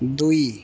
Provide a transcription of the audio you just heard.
ଦୁଇ